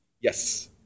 Yes